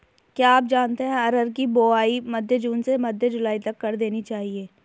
क्या आप जानते है अरहर की बोआई मध्य जून से मध्य जुलाई तक कर देनी चाहिये?